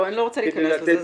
אני לא רוצה להיכנס לזה.